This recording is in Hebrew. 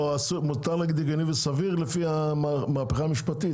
סביר ופייר.